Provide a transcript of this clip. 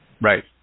Right